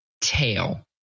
tail